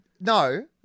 No